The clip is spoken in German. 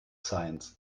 science